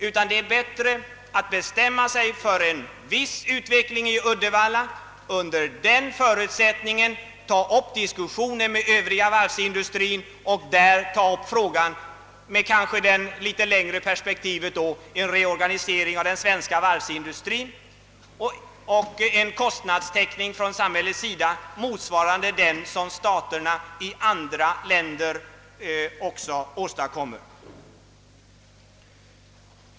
Det är därför klokare att bestämma sig för en viss utveckling vid Uddevallavarvet och under denna förutsättning ta upp diskussionen med den Övriga varvsindustrin om en reorganisering av den svenska varvsindustrin och en kostnadstäckning från samhället motsvarande den som andra stater åstadkommer.